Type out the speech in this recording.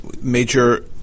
major